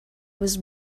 was